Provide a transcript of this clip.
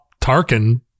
Tarkin